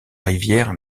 rivière